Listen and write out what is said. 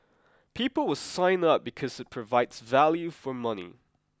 people will sign up because it provides value for money